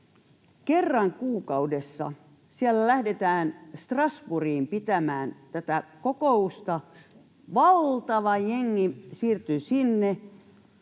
Kerran kuukaudessa siellä lähdetään Strasbourgiin pitämään tätä kokousta, valtava jengi siirtyy sinne.